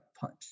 punch